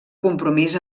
compromís